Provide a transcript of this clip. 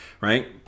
right